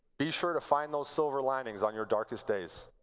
be sure to find those silver linings on your darkest days.